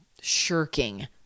shirking